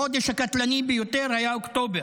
החודש הקטלני ביותר היה אוקטובר.